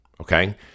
okay